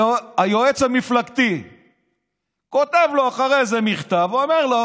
היועץ המפלגתי כותב לו אחרי זה מכתב ואומר לו: